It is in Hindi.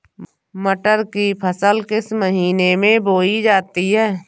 मटर की फसल किस महीने में बोई जाती है?